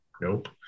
Nope